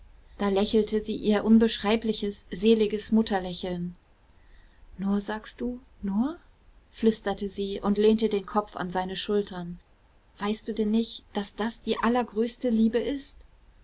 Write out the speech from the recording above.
da lächelte sie ihr unbeschreibliches seliges mutterlächeln nur sagst du nur flüsterte sie und lehnte den kopf an seine schultern weißt du denn nicht daß das die allergrößte liebe ist